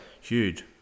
Huge